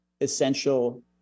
essential